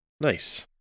Nice